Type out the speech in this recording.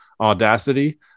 Audacity